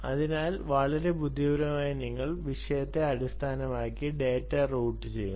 അതിനാൽ വളരെ ബുദ്ധിപരമായി നിങ്ങൾ വിഷയത്തെ അടിസ്ഥാനമാക്കി ഡാറ്റ റൂട്ട് ചെയ്യുന്നു